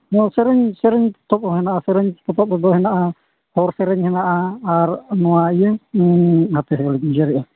ᱱᱚᱣᱟ ᱥᱮᱨᱮᱧ ᱥᱮᱨᱮᱧ ᱯᱚᱛᱚᱵᱠᱚ ᱦᱮᱱᱟᱜᱼᱟ ᱥᱮᱨᱮᱧ ᱯᱚᱛᱚᱵ ᱨᱮᱫᱚ ᱦᱮᱱᱟᱜᱼᱟ ᱦᱚᱲ ᱥᱮᱨᱮᱧ ᱦᱮᱱᱟᱜᱼᱟ ᱟᱨ ᱱᱚᱣᱟ ᱤᱭᱟᱹ ᱦᱟᱯᱮ ᱩᱭᱦᱟᱹᱨᱮᱫᱼᱟ